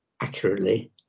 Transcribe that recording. accurately